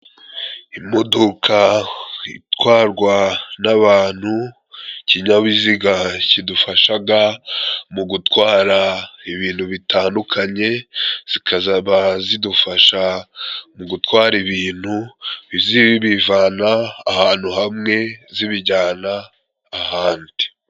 Imodokaka itwarwa n'abantu, ikinyabiziga kidufashaga mu gutwara ibintu bitandukanye, zikazaba zidufasha mu gutwara ibintu zibivana ahantu hamwe zibijyana ahandi.